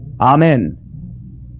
Amen